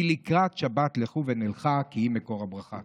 כי "לקראת שבת לכו ונלכה כי היא מקור הברכה".